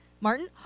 Martin